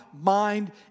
mind